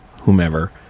whomever